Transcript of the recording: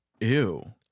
Ew